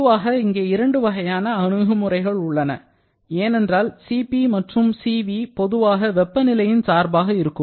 பொதுவாக இங்கே இரண்டு வகையான அணுகுமுறைகள் உள்ளன ஏனென்றால் Cp மற்றும் Cv பொதுவாக வெப்பநிலையின் சார்பாக இருக்கும்